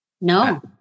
No